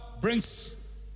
brings